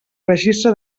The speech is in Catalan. registre